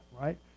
right